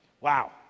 Wow